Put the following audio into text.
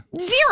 Zero